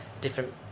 different